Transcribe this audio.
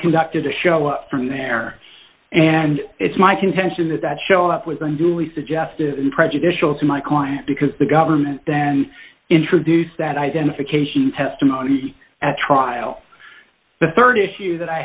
conducted to show up from there and it's my contention that that showed up with unduly suggestive and prejudicial to my client because the government then introduce that identification testimony at trial the rd issue that i